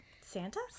Santa